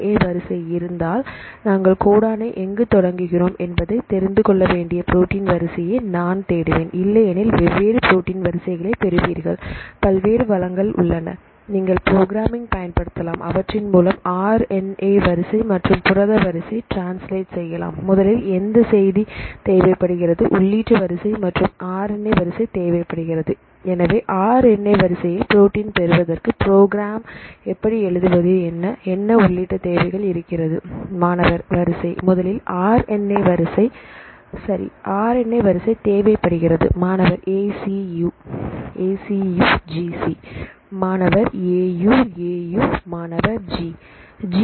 ஏ வரிசை இருந்தால் நாங்கள் கோடனை எங்கு தொடங்குகிறோம் என்பதை தெரிந்து கொள்ள வேண்டிய புரோட்டின் வரிசையை நான் தேடுவேன் இல்லையெனில் வெவ்வேறு புரோட்டின் வரிசைகளைப் பெறுவீர்கள் பல்வேறு வளங்கள் உள்ளன நீங்கள் ப்ரோக்ராமிங் பயன்படுத்தலாம் அவற்றின் மூலம் ஆர் என் ஏ வரிசை மற்றும் புரோட்டின் வரிசை ட்ரான்ஸ்லேட் செய்யலாம் முதலில் எந்த செய்தி தேவைப்படுகிறது உள்ளீட்டு வரிசை மற்றும் ஆர் என் ஏ வரிசை தேவைப்படுகிறது எனவே ஆர் என் ஏ வரிசையில் ப்ரோட்டின் பெறுவதற்கு புரோகிராம் எப்படி எழுதுவது என்ன உள்ளிட்டு தேவைகள் இருக்கிறது மாணவர் வரிசை முதலில் ஆர் என் ஏ வரிசை சரி ஆர் என் ஏ வரிசை தேவைப்படுகிறது மாணவர்ஏ C U A C U G C மாணவர் ஏ யு ஏ யு மாணவர் ஜி ஜி